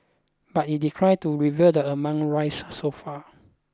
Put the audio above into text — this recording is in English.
but it declined to reveal the amount raised so far